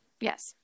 yes